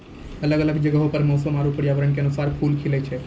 अलग अलग जगहो पर मौसम आरु पर्यावरण क अनुसार फूल खिलए छै